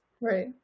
Right